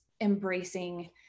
embracing